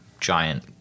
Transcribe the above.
giant